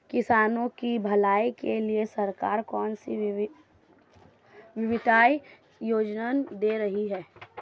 किसानों की भलाई के लिए सरकार कौनसी वित्तीय योजना दे रही है?